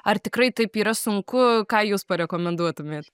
ar tikrai taip yra sunku ką jūs parekomenduotumėt